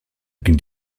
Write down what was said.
ging